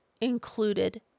included